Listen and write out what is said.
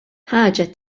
ħaġa